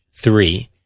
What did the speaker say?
three